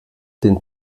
den